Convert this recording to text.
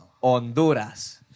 Honduras